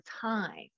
time